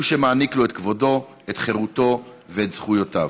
הוא שמעניק לו את כבודו, את חירותו ואת זכויותיו.